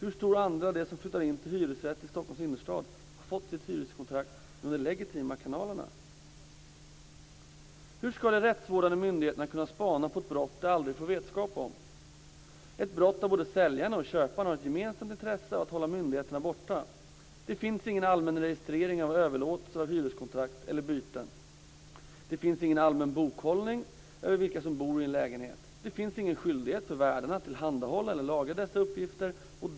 Hur stor andel av dem som flyttar till en hyresrätt i Stockholms innerstad har fått sitt hyreskontrakt via de legitima kanalerna? Hur skall de rättsvårdande myndigheterna kunna spana på ett brott som de aldrig får vetskap om - ett brott där både säljarna och köparna har ett gemensamt intresse av att hålla myndigheterna borta? Det finns ingen allmän registrering av överlåtelser av hyreskontrakt eller byten. Det finns ingen allmän bokhållning över vilka som bor i en lägenhet. Det finns ingen skyldighet för värdarna att tillhandahålla eller lagra dessa uppgifter.